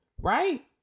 right